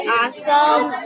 awesome